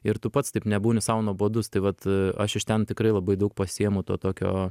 ir tu pats taip nebūni sau nuobodus tai vat aš iš ten tikrai labai daug pasiėmu to tokio